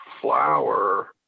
flower